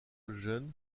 lejeune